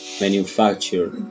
manufacture